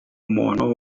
umuntu